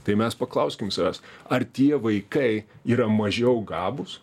tai mes paklauskim savęs ar tie vaikai yra mažiau gabūs